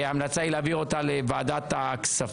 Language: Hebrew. התשפ"ג 2023. ההמלצה היא להעביר אותה לוועדת הכספים.